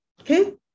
Okay